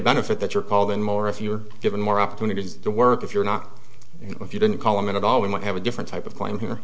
benefit that you're called in more if you're given more opportunities to work if you're not if you didn't call him in at all we might have a different type of claim here